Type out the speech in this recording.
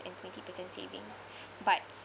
and twenty percent savings but